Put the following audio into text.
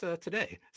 today